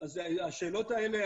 אז השאלות האלה,